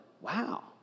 wow